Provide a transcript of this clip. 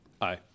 Aye